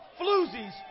floozies